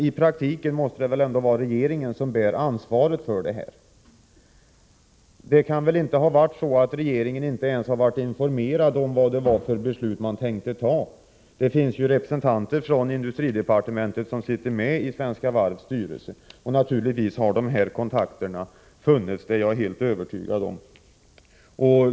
I praktiken måste det väl ändå vara regeringen som bär ansvaret för detta. Det kan väl inte ha varit så att regeringen inte ens har varit informerad om vilket beslut man tänkte ta? Det finns ju representanter från industridepartementet i Svenska Varvs styrelse, och naturligtvis har dessa kontakter funnits — det är jag helt övertygad om.